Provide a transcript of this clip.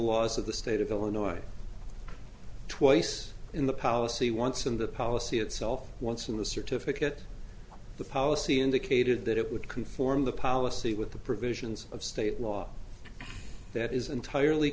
laws of the state of illinois twice in the policy once in the policy itself once in the certificate the policy indicated that it would conform the policy with the provisions of state law that is entirely